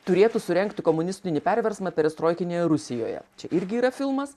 turėtų surengti komunistinį perversmą perestroikinį rusijoje čia irgi yra filmas